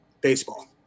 Baseball